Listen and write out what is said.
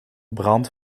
brand